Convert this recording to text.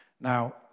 Now